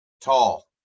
tall